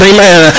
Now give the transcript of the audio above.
Amen